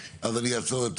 אז אני אעצור את